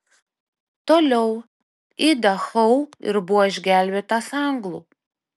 toliau į dachau ir buvo išgelbėtas anglų